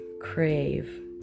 crave